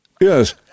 Yes